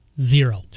zero